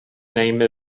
name